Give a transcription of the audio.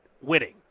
winning